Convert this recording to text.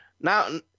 now